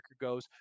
goes